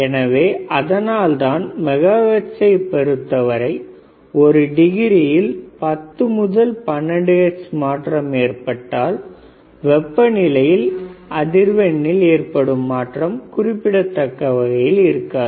எனவே அதனால்தான் மெகாஹெர்ட்ஸை பொருத்தவரை ஒரு டிகிரியில் 10 முதல் 12 ஹெர்ட்ஸ் மாற்றம் ஏற்பட்டால் வெப்ப நிலையால் அதிர்வெண்ணில் ஏற்படும் மாற்றம் குறிப்பிடத்தக்க வகையில் இருக்காது